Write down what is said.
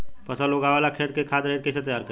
फसल उगवे ला खेत के खाद रहित कैसे तैयार करी?